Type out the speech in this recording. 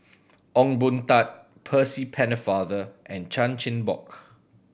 Ong Boon Tat Percy Pennefather and Chan Chin Bock